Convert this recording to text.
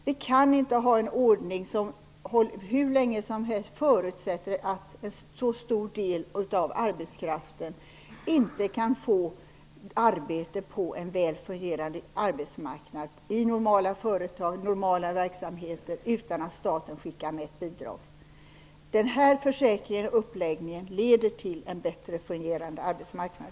Vi kan inte ha en ordning som förutsätter att en stor del av arbetskraften inte kan få arbete på en väl fungerande arbetsmarknad i normala företag, normala verksamheter, utan att staten skickar med ett bidrag. Den här uppläggningen av försäkringen leder till en bättre fungerande arbetsmarknad.